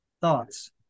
Thoughts